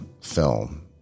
film